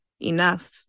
enough